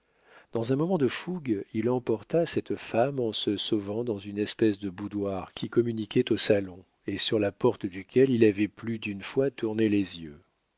dans un moment de fougue il emporta cette femme en se sauvant dans une espèce de boudoir qui communiquait au salon et sur la porte duquel il avait plus d'une fois tourné les yeux